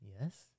Yes